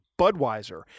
Budweiser